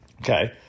Okay